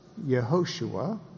Yehoshua